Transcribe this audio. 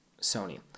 Sony